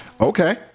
Okay